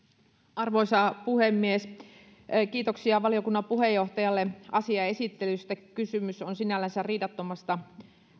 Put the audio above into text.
arvoisa puhemies kiitoksia valiokunnan puheenjohtajalle asian esittelystä kysymys on sinällänsä riidattomasta